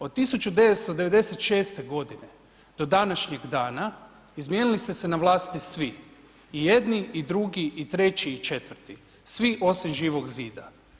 Od 1996. godine do današnjeg dana izmijenili ste se na vlasti svi, i jedni i drugi i treći i četvrti, svi osim Živog zida.